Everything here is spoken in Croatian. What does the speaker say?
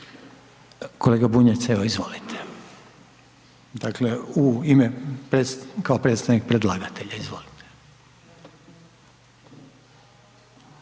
Kolega Bunjac, evo izvolite. Dakle, u ime, kao predstavnik predlagatelja, izvolite.